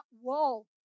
wall